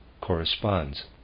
corresponds